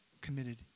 committed